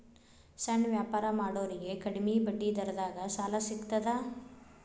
ಸಣ್ಣ ವ್ಯಾಪಾರ ಮಾಡೋರಿಗೆ ಕಡಿಮಿ ಬಡ್ಡಿ ದರದಾಗ್ ಸಾಲಾ ಸಿಗ್ತದಾ?